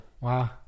Wow